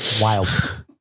Wild